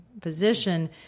position